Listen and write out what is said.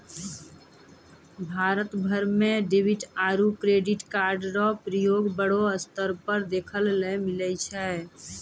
भारत भर म डेबिट आरू क्रेडिट कार्डो र प्रयोग बड़ो स्तर पर देखय ल मिलै छै